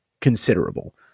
considerable